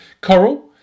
Coral